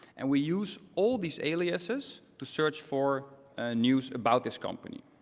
and we use all these aliases to search for news about this company.